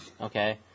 okay